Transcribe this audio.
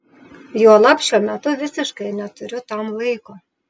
juolab šiuo metu visiškai neturiu tam laiko